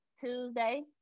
Tuesday